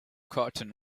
cotton